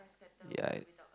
ya